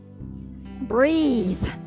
Breathe